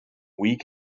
weak